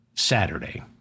Saturday